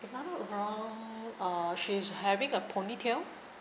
if I'm not wrong uh she's having a ponytail